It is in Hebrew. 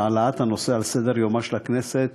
בהעלאת הנושא על סדר-יומה של הכנסת,